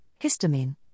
histamine